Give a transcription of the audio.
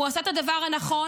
הוא עשה את הדבר הנכון.